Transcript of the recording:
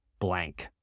blank